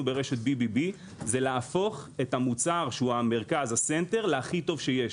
ברשת BBB זה להפוך את המוצר שהוא המרכז להכי טוב שיש.